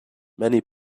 many